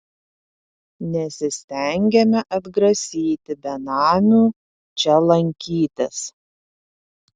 nesistengiame atgrasyti benamių čia lankytis